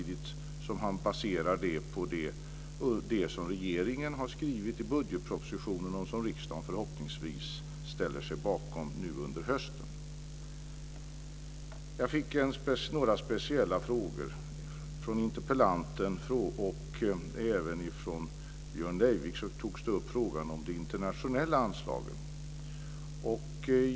Det baserar han på det som regeringen har skrivit i budgetpropositionen och som riksdagen förhoppningsvis ställer sig bakom nu under hösten. Jag fick några speciella frågor. Både interpellanten och Björn Leivik tog upp frågan om det internationella anslaget.